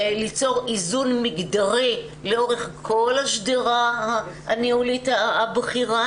ליצור איזון מגדרי לאורך כל השדרה הניהולית הבכירה,